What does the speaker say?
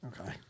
Okay